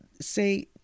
say